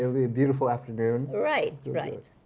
a beautiful afternoon right right